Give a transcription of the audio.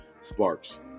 Sparks